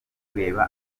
kureba